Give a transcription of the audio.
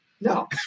No